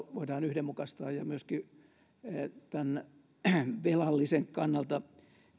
voidaan yhdenmukaistaa ja myöskin tämän velallisen kannalta